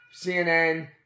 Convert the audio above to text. CNN